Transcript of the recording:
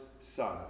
son